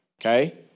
Okay